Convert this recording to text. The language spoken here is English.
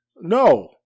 No